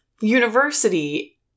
University